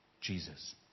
Jesus